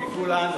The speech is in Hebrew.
כולנו ביחד.